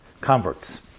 Converts